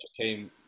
came